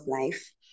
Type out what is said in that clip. life